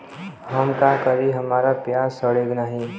हम का करी हमार प्याज सड़ें नाही?